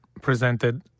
presented